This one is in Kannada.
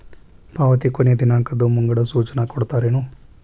ಪಾವತಿ ಕೊನೆ ದಿನಾಂಕದ್ದು ಮುಂಗಡ ಸೂಚನಾ ಕೊಡ್ತೇರೇನು?